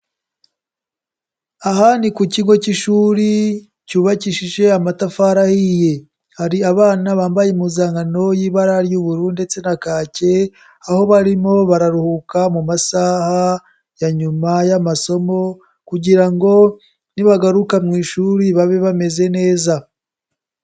Aha ni ku kigo cy'ishuri cyubakishije amatafari ahiye, hari abana bambaye impuzankano y'ibara ry'ubururu ndetse na kake, aho barimo bararuhuka mu masaha ya nyuma y'amasomo kugira ngo nibagaruka mu ishuri babe bameze neza.